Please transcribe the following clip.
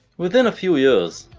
within a few years,